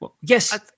Yes